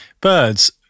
Birds